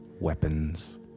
weapons